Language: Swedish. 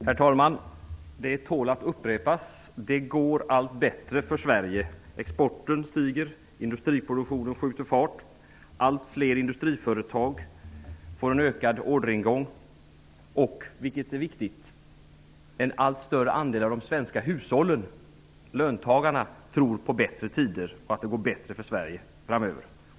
Herr talman! Det tål att upprepas att det går allt bättre för Sverige. Exporten stiger. Industriproduktionen skjuter fart. Allt fler industriföretag får en ökad orderingång, och -- detta är viktigt -- en allt större andel av de svenska hushållen, löntagarna, tror på bättre tider och på att det kommer att gå bättre för Sverige framöver.